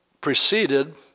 preceded